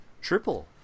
Triple